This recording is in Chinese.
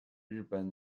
日本